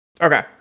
Okay